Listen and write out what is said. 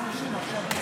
אני לא יודע כמה אנשים.